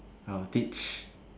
I will teach